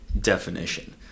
definition